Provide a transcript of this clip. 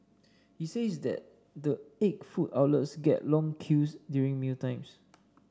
he says that the eight food outlets get long queues during mealtimes